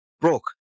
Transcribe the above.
broke